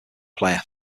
player